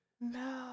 No